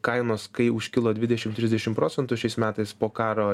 kainos kai užkilo dvidešim trisdešim procentų šiais metais po karo